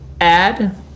add